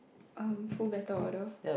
um full battle order